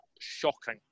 shocking